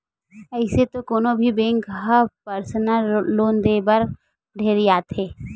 अइसे तो कोनो भी बेंक ह परसनल लोन देय बर ढेरियाथे